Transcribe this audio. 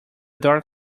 dark